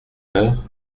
heure